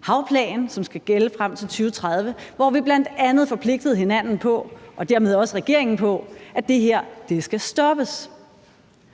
Havplan«, som skal gælde frem til 2030, hvor vi bl.a. forpligtede hinanden – og dermed også regeringen – på, at det her skal stoppes.